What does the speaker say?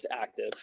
active